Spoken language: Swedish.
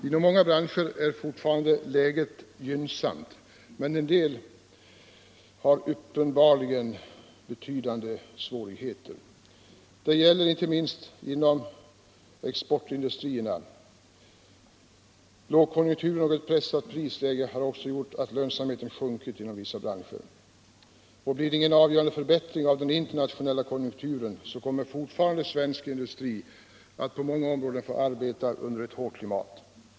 Inom många branscher är läget fortfarande gynnsamt, men en del branscher besväras uppenbarligen av betydande svårigheter. Det gäller inte minst inom exportindustrierna. Lågkonjunkturen och ett pressat prisläge har gjort att lönsamheten sjunkit inom vissa branscher. Blir det ingen avgörande förbättring av den internationella konjunkturen kommer svensk industri på många områden fortfarande att få arbeta under ett hårt klimat.